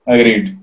Agreed